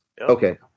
Okay